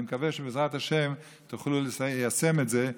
אני מקווה שבעזרת השם תוכלו ליישם את זה,